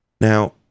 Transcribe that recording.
Now